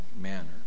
manner